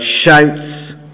shouts